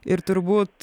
ir turbūt